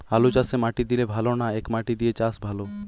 আলুচাষে মাটি দিলে ভালো না একমাটি দিয়ে চাষ ভালো?